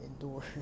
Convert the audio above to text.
indoors